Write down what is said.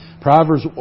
Proverbs